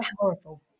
powerful